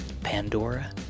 Pandora